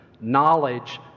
Knowledge